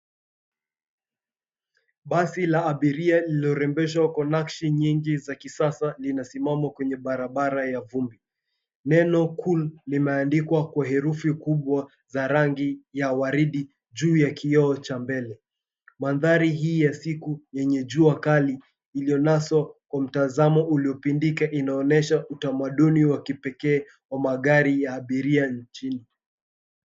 Basi la abiria lililorembeshwa kwa nakshi nyingi za kisasa linasimama kwenye barabara ya vumbi. Neno cool, limeandikwa kwa herufi kubwa za rangi ya waridi juu ya kioo cha mbele. Mandhari hii ya siku yenye jua kali iliyonaswa kwa mtazamo uliopindika inaonyesha utamaduni wa kipekee wa magari ya abiria nchini.